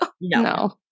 No